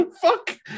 fuck